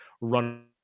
run